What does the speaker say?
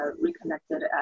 reconnected